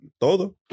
todo